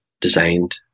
designed